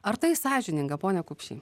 ar tai sąžininga pone kupšy